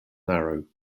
narrow